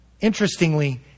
interestingly